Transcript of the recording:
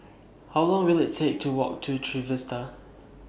How Long Will IT Take to Walk to Trevista